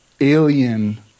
alien